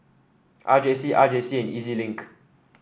R J C R J C and E Z Link